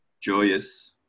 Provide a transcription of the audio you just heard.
joyous